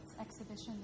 exhibition